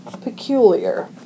Peculiar